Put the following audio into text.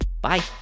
Bye